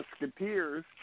Musketeers